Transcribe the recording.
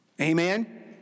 amen